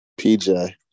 PJ